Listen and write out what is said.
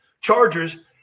Chargers